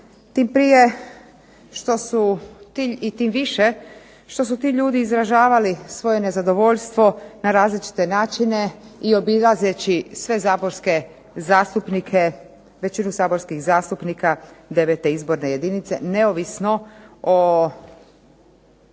što su, i tim više što su ti ljudi izražavali svoje nezadovoljstvo na različite načine i obilazeći sve saborske zastupnike, većinu saborskih zastupnika 9. izborne jedinice neovisno o